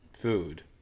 food